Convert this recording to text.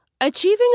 Achieving